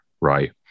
right